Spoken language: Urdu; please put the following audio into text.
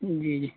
جی جی